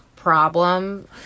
problem